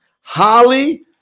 Holly